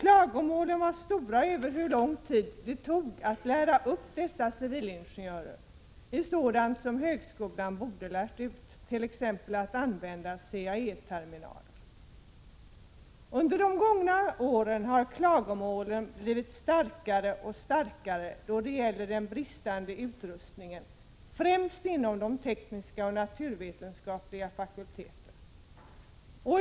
Klagomålen var stora över hur lång tid det tog att lära upp dessa i sådant som högskolan borde ha lärt ut, t.ex. att använda CAE-terminaler. Under de gångna åren har klagomålen blivit allt starkare över bristande utrustning, främst inom de tekniska och naturvetenskapliga fakulteterna.